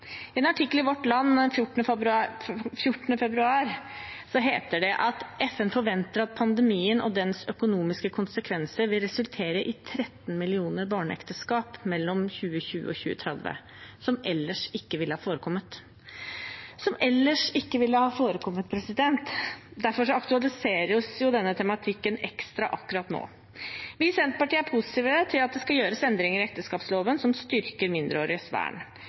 I en artikkel i Vårt Land den 14. februar står det: «FN forventer at pandemien og dens økonomiske konsekvenser vil resultere i 13 millioner barneekteskap mellom 2020 og 2030, som ellers ikke ville ha forekommet.» «Som ellers ikke ville ha forekommet» – derfor aktualiseres denne tematikken ekstra akkurat nå. Vi i Senterpartiet er positiv til at det skal gjøres endringer i ekteskapsloven som styrker mindreåriges vern.